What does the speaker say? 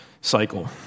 cycle